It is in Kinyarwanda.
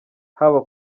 haba